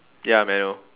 ya menu